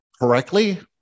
correctly